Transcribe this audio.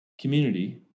Community